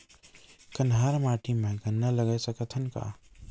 कन्हार माटी म गन्ना लगय सकथ न का?